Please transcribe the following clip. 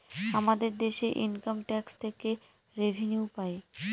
আমাদের দেশে income tax থেকে রেভিনিউ পাই